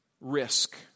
risk